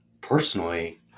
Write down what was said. Personally